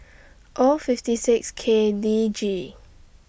O fifty six K D G